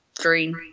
green